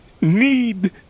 need